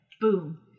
Boom